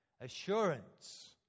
Assurance